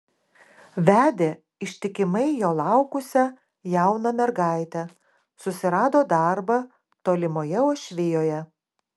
vedė ištikimai jo laukusią jauną mergaitę susirado darbą tolimoje uošvijoje